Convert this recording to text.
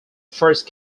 first